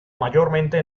mayormente